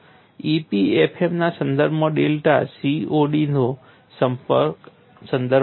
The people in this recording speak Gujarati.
EPFM ના સંદર્ભમાં ડેલ્ટા CTOD નો સંદર્ભ આપે છે